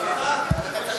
סליחה.